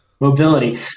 Mobility